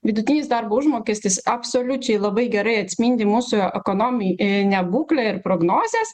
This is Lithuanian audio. vidutinis darbo užmokestis absoliučiai labai gerai atspindi mūsų ekonominę būklę ir prognozes